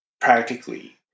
Practically